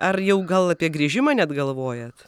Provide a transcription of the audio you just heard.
ar jau gal apie grįžimą net galvojat